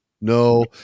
No